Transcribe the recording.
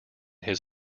his